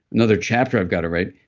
another chapter i've got to write.